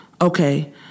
Okay